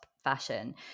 fashion